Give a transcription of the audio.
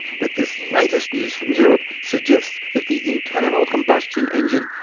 but this latest news from europe suggests that the internal combustion engine,